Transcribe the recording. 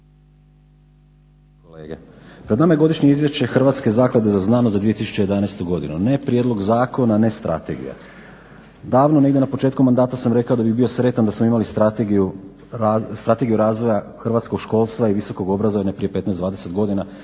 kolege. Pred nama je Godišnje izvješće Hrvatske zaklade za znanost za 2011. godinu ne prijedlog zakona, ne strategija. Davno negdje na početku mandata sam rekao da bih bio sretan da smo imali Strategiju razvoja hrvatskog školstva i visokog obrazovanja prije 15, 20 godina